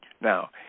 Now